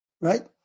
right